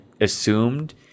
assumed